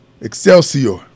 Excelsior